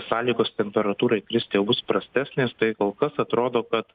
sąlygos temperatūrai kristi jau bus prastesnės tai kol kas atrodo kad